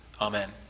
Amen